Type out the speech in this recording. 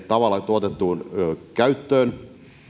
tavalla tuotettujen elintarvikkeiden käyttöön